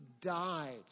died